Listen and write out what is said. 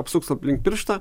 apsuks aplink pirštą